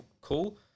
cool